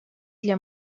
для